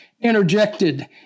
interjected